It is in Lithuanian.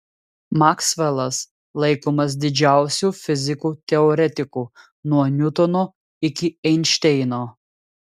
maksvelas laikomas didžiausiu fiziku teoretiku nuo niutono iki einšteino